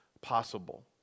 possible